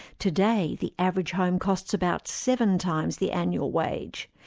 today, the average home costs about seven times the annual wage.